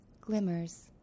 glimmers